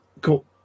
cool